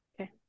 Okay